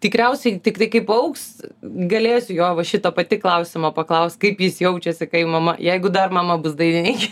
tikriausiai tiktai kai paaugs galėsiu jo va šito pati klausimo paklaust kaip jis jaučiasi kai mama jeigu dar mama bus dainininkė